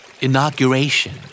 Inauguration